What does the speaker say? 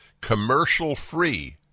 commercial-free